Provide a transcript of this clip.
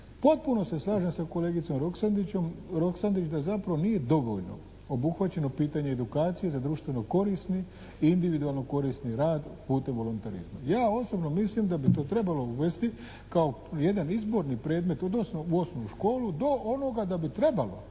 potpuno se slažem sa kolegicom Roksandić da zapravo nije dovoljno obuhvaćeno pitanje edukacije za društveno korisni i individualno korisni rad putem volonterizma. Ja osobno mislim da bi to trebalo uvesti kao jedan izborni predmet u osnovnu školu do onoga da bi trebalo